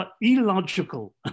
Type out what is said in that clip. illogical